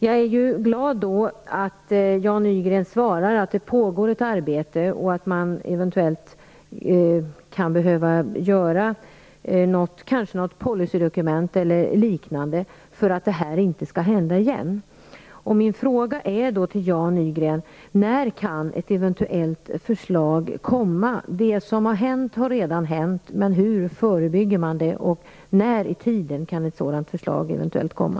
Jag är glad över Jan Nygrens svar, att det pågår ett arbete och att man eventuellt kan komma att behöva utarbeta något policydokument eller liknande för att detta inte skall hända igen. Min fråga till Jan Nygren är då: När kan ett eventuellt förslag komma? Det som hänt har redan hänt. Men hur förebygger man sådant här? Och när kan alltså ett förslag komma?